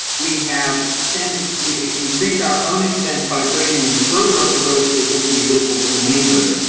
we have extended, maybe increased our own expense by bringing them further up the roads they wouldn't be visible from the main roads.